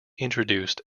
introduced